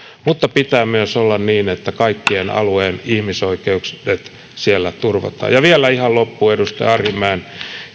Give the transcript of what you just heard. mutta pitää olla myös niin että kaikkien alueiden ihmisoikeudet siellä turvataan vielä ihan loppuun edustaja arhinmäen